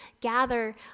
gather